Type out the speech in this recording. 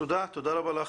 תודה רבה.